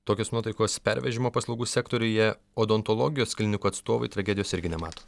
tokios nuotaikos pervežimo paslaugų sektoriuje odontologijos klinikų atstovai tragedijos irgi nemato